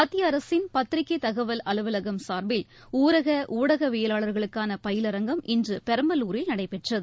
மத்திய அரசின் பத்திரிகை தகவல் அலுவலகம் சார்பில் ஊரக ஊடகவியலாளர்களுக்கான பயிலரங்கம் இன்று பெரம்பலூரில் நடைபெற்றது